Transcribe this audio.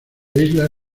isla